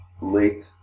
late